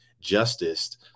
justice